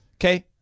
Okay